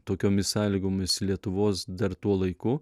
tokiomis sąlygomis lietuvos dar tuo laiku